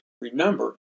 remember